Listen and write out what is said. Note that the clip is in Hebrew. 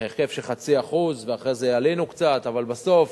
בהרכב של 0.5%, אחרי זה עלינו קצת, אבל בסוף